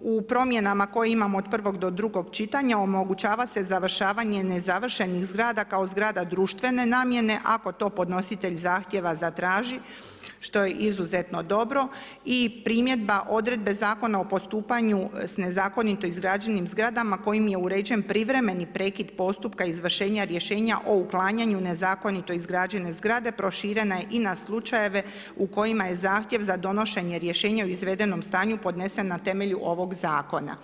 u promjenama koje imamo od prvog do drugog čitanja, omogućava se završavanje nezavršenih zgrada kao zgrada društvene namjene, ako to podnositelj zahtjeva zatraži, što je izuzetno dobro i primjedba odredba Zakona o postupanju sa nezakonito izgrađenim zgradama, kojim je uređen privremeni prekid postupka izvršenja rješenja o uklanjanju nezakonito izgrađene zgrade, proširene i na slučajeve u kojim a je zahtjev za donošenje rješenja u izvedenom stanju podnesen na temelju ovog zakona.